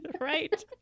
Right